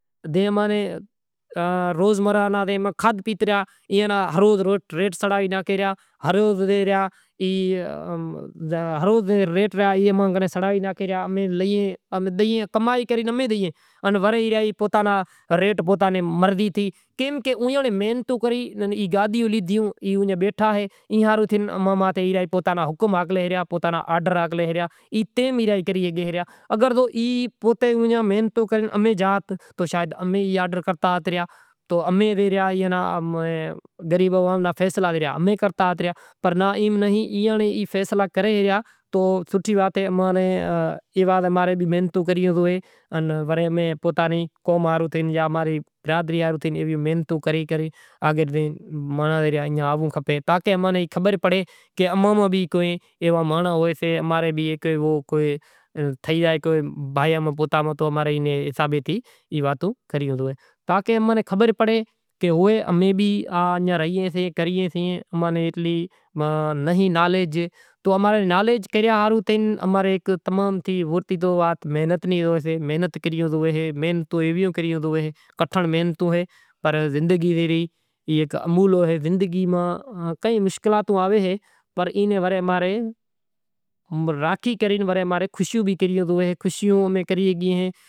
زے ماں نے روزمرہ کھاد پیت نا روز ریٹ سڑی ریا، امیں کمائی کرے امیں ڈئیں، کیم کہ ایم محنتوں کرے اماں ماتھے آرڈر ہاکلیں ریا۔ پسے پیاج نو شاگ جاں ونیگڑاں نو کرنڑو ہوئے تو وینگڑاں نے واڈھے وری اینے لاہنڑ نو داگ ہالے وری اینے راکھے وانگڑاں نو شاگ کرے۔ پان گونی نو کرنڑو ہوئے تو پان گوبی جوو کر واڈھے دھوئی ان وری اینے لاہنڑ نو داغ ہالے۔ پٹاٹا منگاشاں وڑی ایئاں نے دھوئاں وڑی شیلی واڈھاں وری دھوئاں وری ڈونگری مانگاواں وری واڈھاں دیگڑی بیگڑی دھوئی پانڑی بھری تیل ریڑہاں تیل ریڑہی وری تیک پکو کری ڈونگری راکھاں پسے وڑی پٹاٹا راکھاں وری پٹاٹا راکھے وڑی تھوڑو پانڑی ریڑہاں وری ڈھاکی راکھاں وری سڑے بئے ترن چکر پانڑی ریڑہاں وڑی چماٹاں پھولاں وری واڈھاں دھوئی وڑی چماٹا راکھاں مٹر ہوئے تو مٹر ناں پھولے راکھاں وری مرساں راکھاں ادرک ہوئے تو ادرک واڈھاں میتھی ہوئے تو تھوڑی میتھی راکھاں مشالاں نی راکھے پسے شاگ ٹھی زاشے وری کو بریانی لاوے تو او کراں تڑکے ماں راکھاں وڑی مرساں راکھاں وری شیکی راکھاں